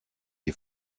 die